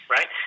Right